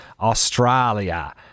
Australia